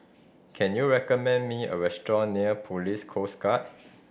can you recommend me a restaurant near Police Coast Guard